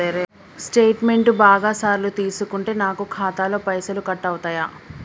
Statement బాగా సార్లు తీసుకుంటే నాకు ఖాతాలో పైసలు కట్ అవుతయా?